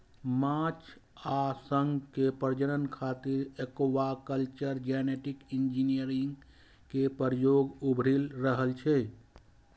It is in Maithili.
माछ आ शंख के प्रजनन खातिर एक्वाकल्चर जेनेटिक इंजीनियरिंग के प्रयोग उभरि रहल छै